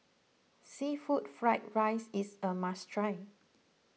Seafood Fried Rice is a must try